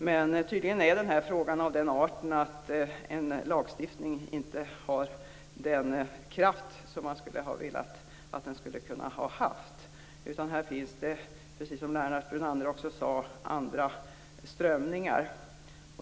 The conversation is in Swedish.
Men tydligen är den här frågan av den arten att lagstiftningen inte har haft den kraft som man skulle ha önskat, utan här finns det, precis som Lennart Brunander också sade, andra strömningar.